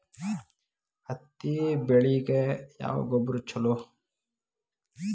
ಹತ್ತಿ ಬೆಳಿಗ ಯಾವ ಗೊಬ್ಬರ ಛಲೋ?